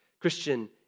Christian